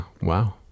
Wow